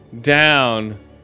Down